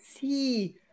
see